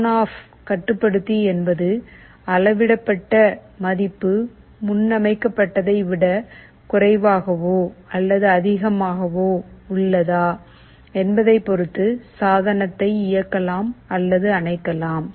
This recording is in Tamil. ஆன் ஆஃப் கட்டுப்படுத்தி என்பது அளவிடப்பட்ட மதிப்பு முன்னமைக்கப்பட்டதை விட குறைவாகவோ அல்லது அதிகமாகவோ உள்ளதா என்பதைப் பொறுத்து சாதனத்தை இயக்கலாம் அல்லது அணைக்கலாம்